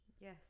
Yes